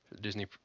Disney